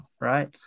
right